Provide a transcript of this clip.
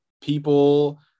people